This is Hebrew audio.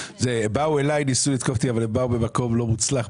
באו אליי וניסו לתקוף אותי אבל באו במקום לא מוצלח,